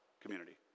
community